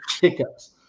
hiccups